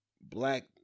Black